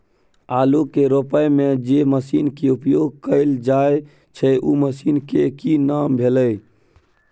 आलू के रोपय में जे मसीन के उपयोग कैल जाय छै उ मसीन के की नाम भेल?